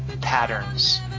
Patterns